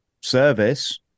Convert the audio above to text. service